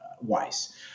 wise